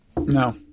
No